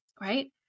right